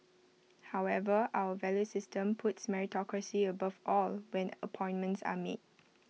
however our value system puts meritocracy above all when appointments are made